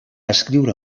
escriure